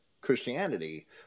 Christianity